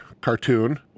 cartoon